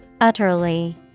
utterly